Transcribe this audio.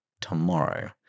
tomorrow